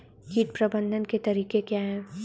कीट प्रबंधन के तरीके क्या हैं?